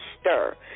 stir